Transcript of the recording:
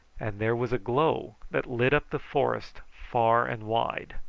and there was a glow that lit up the forest far and wide.